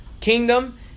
kingdom